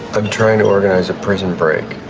i'm trying to organize a prison break.